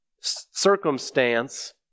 circumstance